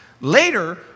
Later